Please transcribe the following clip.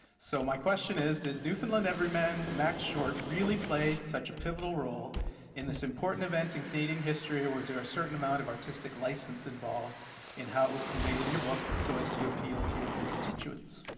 so my question is did newfoundland everyman max short really play such a pivotal role in this important event in canadian history or was there a certain amount of artistic license involved in how it was conveyed in your book so as to appeal to constituents?